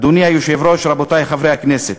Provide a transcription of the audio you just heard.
אדוני היושב-ראש, רבותי חברי הכנסת,